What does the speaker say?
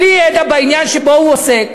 בלי ידע בעניין שבו הוא עוסק,